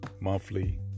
monthly